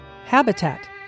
Habitat